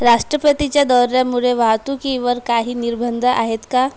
राष्ट्रपतीच्या दौऱ्यामुळे वाहतुकीवर काही निर्बंध आहेत का